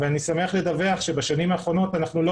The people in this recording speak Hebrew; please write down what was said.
אבל אני שמח לדווח שבשנים האחרונות אנחנו לא